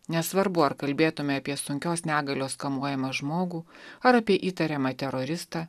nesvarbu ar kalbėtume apie sunkios negalios kamuojamą žmogų ar apie įtariamą teroristą